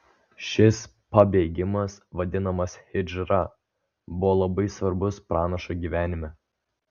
šis pabėgimas vadinamas hidžra buvo labai svarbus pranašo gyvenime